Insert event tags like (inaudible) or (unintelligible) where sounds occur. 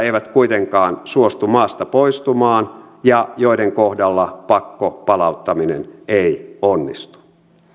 (unintelligible) eivät kuitenkaan suostu maasta poistumaan ja joiden kohdalla pakkopalauttaminen ei onnistu